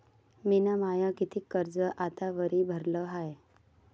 मिन माय कितीक कर्ज आतावरी भरलं हाय?